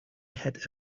had